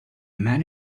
man